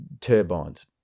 turbines